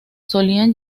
solían